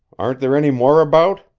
aren't there any more about?